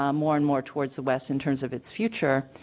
um more and more towards the west in terms of its future